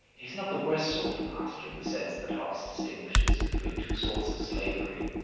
he's not the worst sort of master in the sense that hobbes distinguishes between two sorts of slavery.